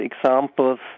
examples